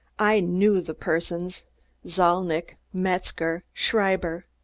i knew the persons zalnitch, metzger, schreiber.